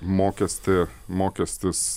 mokestį mokestis